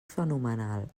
fenomenal